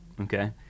okay